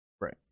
right